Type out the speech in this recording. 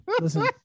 listen